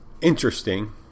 interesting